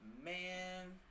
man